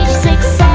six